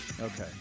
Okay